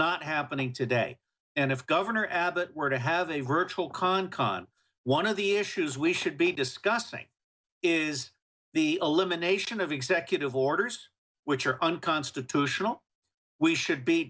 not happening today and if governor abbott were to have a virtual con con one of the issues we should be discussing is the elimination of executive orders which are unconstitutional we should be